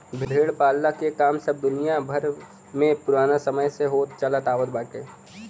भेड़ पालला के काम सब दुनिया भर में पुराना समय से होत चलत आवत बाटे